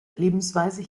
lebensweise